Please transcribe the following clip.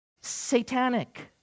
satanic